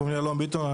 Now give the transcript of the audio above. קוראים לי אלון ביטון,